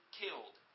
killed